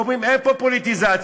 ואומרים: אין פה פוליטיזציה.